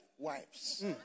wives